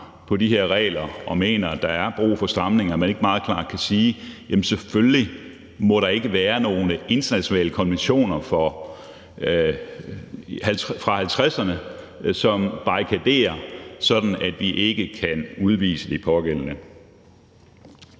de her regler og mener, at der er brug for stramninger, at man ikke meget klart kan sige, at selvfølgelig må der ikke være internationale konventioner fra 1950'erne, som barrikaderer det, sådan at vi ikke kan udvise de pågældende.